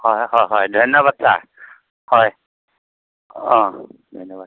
হয় হয় ধন্যবাদ ছাৰ হয় অঁ ধন্যবাদ